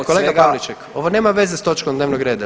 Kolega Pavliček, ovo nema veze sa točkom dnevnog reda.